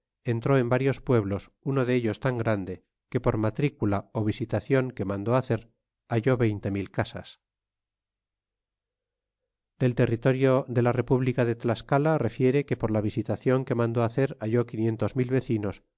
entró en varios pueblos uno de ellos tan grande que por matrícula o visitación que mandó hacer halló veinte mil casas del territorio de la república de tlascala refiere inc por visitacion que mandó hacer halló quinientos mil vecinos